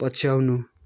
पछ्याउनु